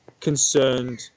concerned